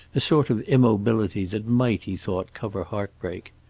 a sort of immobility that might, he thought, cover heartbreak.